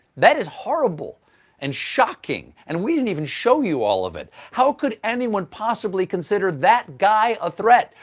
that is horrible and shocking. and we didn't even show you all of it. how could anyone possibly consider that guy a threat?